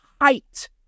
height